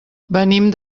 venim